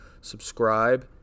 subscribe